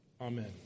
Amen